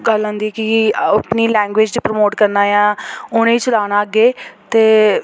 गल्ल आंदी कि अपनी लैंग्वेज़ प्रमोट करना ऐ उ'नें ई चलाना अग्गें ते